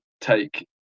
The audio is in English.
take